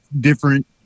different